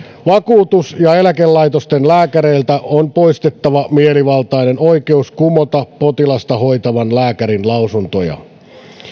vakuutus ja eläkelaitosten lääkäreiltä poistettava mielivaltainen oikeus kumota potilasta hoitavan lääkärin lausuntoja